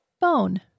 Bone